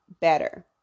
better